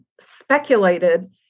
speculated